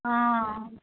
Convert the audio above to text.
हँ